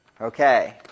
Okay